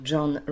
John